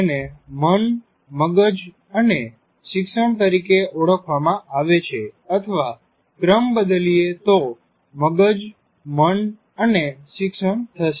જેને "મન મગજ અને શિક્ષણ" તરીકે ઓળખવામા આવે છે અથવા ક્રમ બદલીએ તો "મગજ મન અને શિક્ષણ" થશે